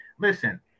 listen